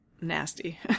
nasty